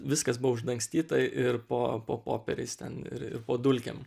viskas buvo uždangstyta ir po po popieriais ten ir ir po dulkėm